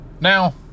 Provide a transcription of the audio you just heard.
Now